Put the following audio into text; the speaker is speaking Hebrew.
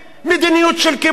מדיניות של כיבוש,